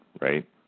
right